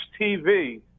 TV